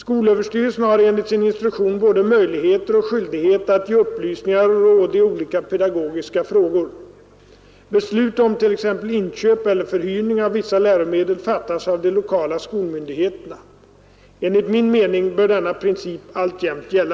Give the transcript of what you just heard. Skolöverstyrelsen har enligt sin instruktion både möjlighet och skyldighet att ge upplysningar och råd i olika pedagogiska frågor. Beslut om t.ex. inköp eller förhyrning av vissa läromedel fattas av de lokala skolmyndigheterna. Enligt min mening bör denna princip alltjämt gälla.